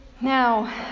Now